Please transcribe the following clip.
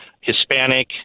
Hispanic